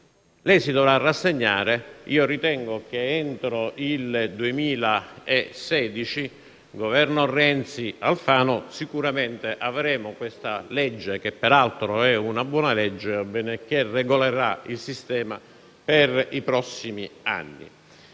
Petris si dovrà rassegnare: ritengo che entro il 2016, con il Governo Renzi-Alfano, avremo una nuova legge, che peraltro è una buona legge, che regolerà il sistema per i prossimi anni.